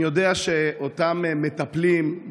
אני יודע שאותם מטפלים,